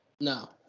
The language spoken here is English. No